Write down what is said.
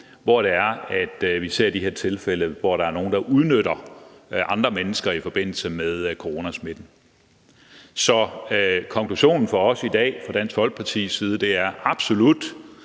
hvor vi ser de her tilfælde, hvor der er nogen, der udnytter andre mennesker i forbindelse med coronasmitten. Så konklusionen i dag fra Dansk Folkepartis side er, at